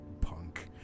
punk